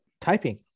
typing